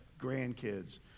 grandkids